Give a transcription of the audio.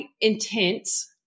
intense